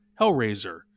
Hellraiser